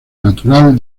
natural